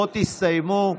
הסתיימו.